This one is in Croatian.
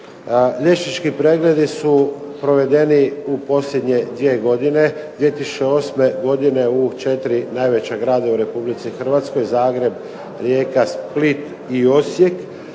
Liječnički pregledi su provedeni u posljednje dvije godine. 2008. godine u 4 najveća grada u Republici Hrvatskoj, Zagreb, Rijeka, Split i Osijek